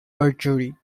perjury